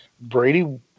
Brady